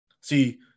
See